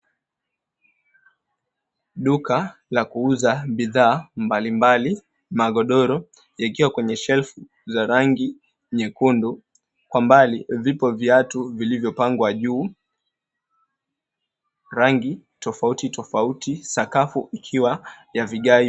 Duka la kuuza bidhaa mbalimbali, magodoro yakiwa kwenye shelfu za rangi nyekundu. Kwa mbali vipo viatu vilivyopangwa juu. Rangi tofauti tofauti, sakafu ikiwa ya vigae.